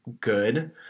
good